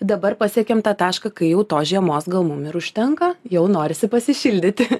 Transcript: dabar pasiekėme tą tašką kai jau tos žiemos gal mum ir užtenka jau norisi pasišildyti